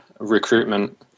recruitment